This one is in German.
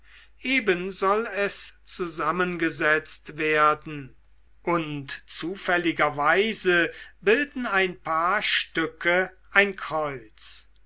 eben soll es zusammengesetzt werden und zufälligerweise bilden ein paar stücke ein kreuz